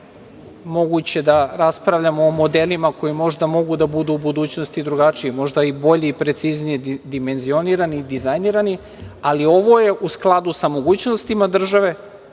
moguće da raspravljamo o modelima koji možda mogu da budu u budućnosti drugačiji, možda i bolji i precizniji dimenzionirani i dizajnirani, ali ovo je u skladu sa mogućnostima države,